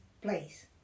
place